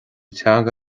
teanga